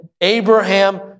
Abraham